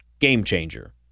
game-changer